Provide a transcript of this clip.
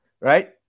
right